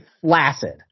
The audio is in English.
flaccid